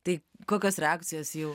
tai kokios reakcijos jų